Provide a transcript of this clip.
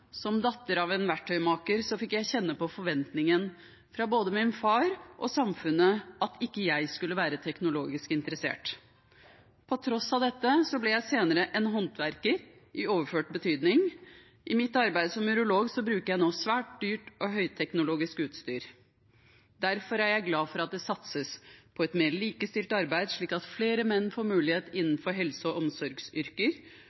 Som datter av en verktøymaker fikk jeg kjenne på forventninger fra både min far og samfunnet om at ikke jeg skulle være teknologisk interessert. På tross av dette ble jeg senere en håndverker, i overført betydning. I mitt arbeid som urolog bruker jeg nå svært dyrt og høyteknologisk utstyr. Derfor er jeg glad for at det satses på et mer likestilt arbeidsliv, slik at flere menn får mulighet